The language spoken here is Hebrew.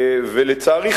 לצערי,